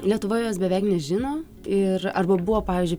lietuvoje jos beveik nežino ir arba buvo pavyzdžiui